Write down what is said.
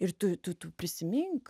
ir tu tu tu prisimink